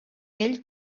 ell